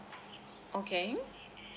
okay